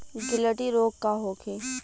गिलटी रोग का होखे?